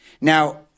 Now